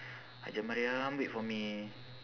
hajjah mariam wait for me